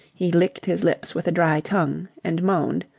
he licked his lips with a dry tongue and moaned.